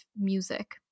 music